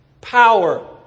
Power